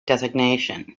designation